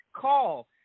call